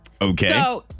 Okay